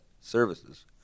Services